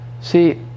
See